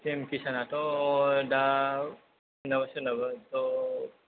P M किसानाथ' दा सोरनावबा सोरनावबाथ